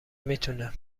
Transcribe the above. میتونه